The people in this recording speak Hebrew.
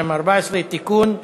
12 מתנגדים,